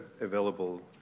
available